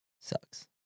Sucks